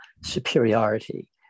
superiority